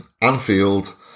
Anfield